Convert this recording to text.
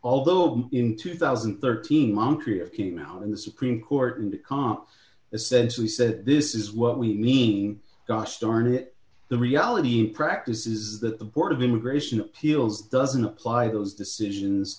although in two thousand and thirteen montreal came out in the supreme court and it cannot essentially said this is what we mean gosh darn it the reality in practice is that the board of immigration appeals doesn't apply those decisions